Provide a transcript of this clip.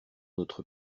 notre